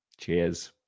cheers